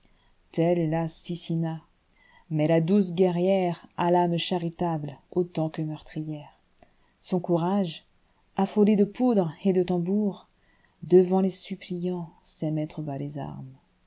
la sisina mais la douce guerrièrea l'âme charitable autant que meurtrière son courage affolé de poudre et de tambours devant les suppliants sait mettre bas les armes